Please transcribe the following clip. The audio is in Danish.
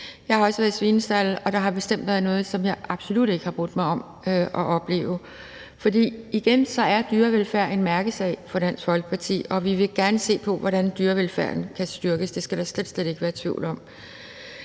Jeg har også været i svinestalde, og der har bestemt været noget, som jeg absolut ikke har brudt mig om at opleve. Igen vil jeg sige, at dyrevelfærd er en mærkesag for Dansk Folkeparti, og vi vil gerne se på, hvordan dyrevelfærden kan styrkes. Det skal der slet, slet ikke være tvivl om.